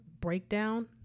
breakdown